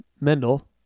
Mendel